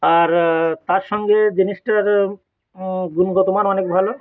আর তার সঙ্গে জিনিসটার গুণগত মান অনেক ভালো